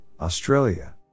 Australia